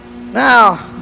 Now